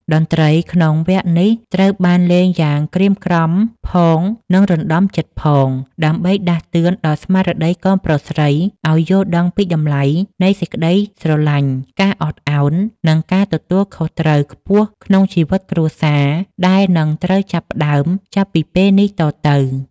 តន្ត្រីក្នុងវគ្គនេះត្រូវបានលេងយ៉ាងក្រៀមក្រំផង និងរណ្តំចិត្តផង ដើម្បីដាស់តឿនដល់ស្មារតីកូនប្រុសស្រីឱ្យយល់ដឹងពីតម្លៃនៃសេចក្តីស្រឡាញ់ ការអត់ឱន និងការទទួលខុសត្រូវខ្ពស់ក្នុងជីវិតគ្រួសារដែលនឹងត្រូវចាប់ផ្តើមចាប់ពីពេលនេះតទៅ។